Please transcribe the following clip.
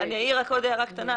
אני אעיר רק עוד הערה קטנה.